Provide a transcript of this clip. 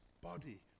body